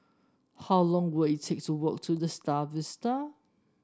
how long will it take to walk to The Star Vista